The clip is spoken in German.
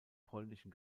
polnischen